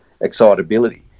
excitability